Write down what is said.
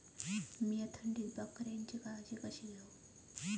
मीया थंडीत बकऱ्यांची काळजी कशी घेव?